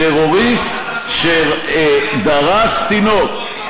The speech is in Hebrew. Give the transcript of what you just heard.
טרוריסט שדרס תינוק,